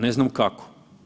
Ne znam kako.